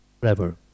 forever